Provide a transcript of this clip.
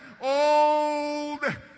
old